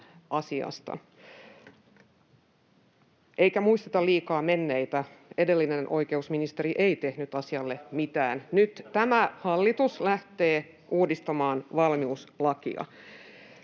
eikä muisteta liikaa menneitä — edellinen oikeusministeri ei tehnyt asialle mitään. [Oikealta: Ohhoh!] Nyt tämä hallitus lähtee uudistamaan valmiuslakia.